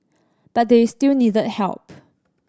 but they still needed help